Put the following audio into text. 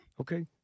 Okay